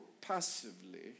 passively